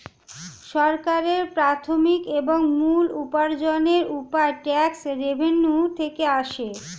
সরকারের প্রাথমিক এবং মূল উপার্জনের উপায় ট্যাক্স রেভেন্যু থেকে আসে